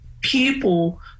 people